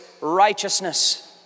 righteousness